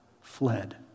fled